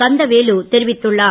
கந்தவேலு தெரிவித்துள்ளார்